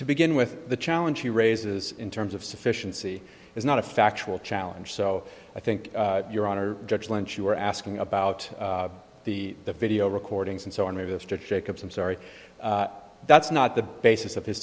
to begin with the challenge he raises in terms of sufficiency is not a factual challenge so i think your honor judge lynch you were asking about the the video recordings and so unrealistic shakeups i'm sorry that's not the basis of his